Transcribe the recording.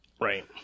Right